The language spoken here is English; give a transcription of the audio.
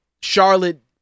Charlotte